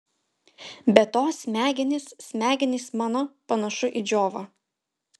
be to smegenys smegenys mano panašu į džiovą